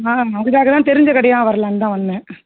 அதனால் அதற்காகதான் தெரிஞ்ச கடையாக வரலாம்தான் வந்தேன்